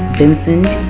vincent